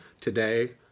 today